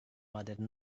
vadede